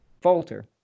falter